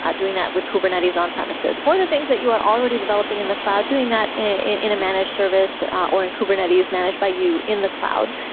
ah doing that with kubernetes on-premises. for the things that you are already developing in the cloud, doing that in a managed service or in kubernetes managed by you in the cloud.